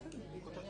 באמצע.